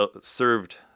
served